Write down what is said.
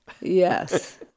Yes